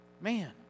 Man